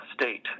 state